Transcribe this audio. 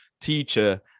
teacher